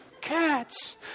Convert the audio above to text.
cats